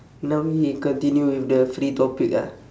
now we continue with the free topic ah